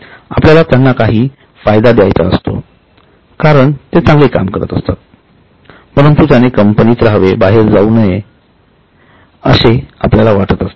आपल्याला त्यांना काही फायदे द्यायचा असतो कारण ते चांगले काम करत असतात परंतु त्यांनी कंपनीत रहावे बाहेर जाऊ नये अशी असे आपल्याला वाटत असते